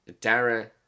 Dara